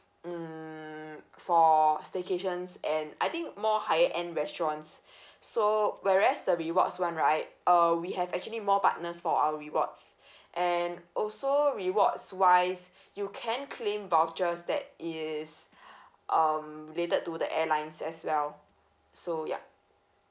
mm for staycations and I think more higher end restaurants so whereas the rewards one right uh we have actually more partners for our rewards and also rewards wise you can claim vouchers that is um related to the airlines as well so ya